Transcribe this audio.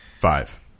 Five